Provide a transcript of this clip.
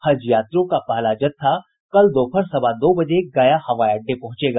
हज यात्रियों का पहला जत्था कल दोपहर सवा दो बजे गया हवाई अड्डे पहुंचेगा